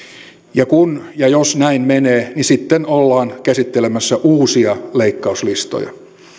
kun ja jos näin menee niin sitten ollaan käsittelemässä uusia leikkauslistoja